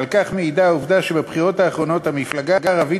על כך מעידה העובדה שבבחירות האחרונות המפלגה הערבית